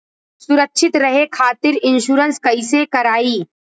सुरक्षित रहे खातीर इन्शुरन्स कईसे करायी?